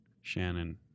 Shannon